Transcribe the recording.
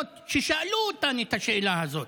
אומרות ששאלו אותן את השאלה הזאת.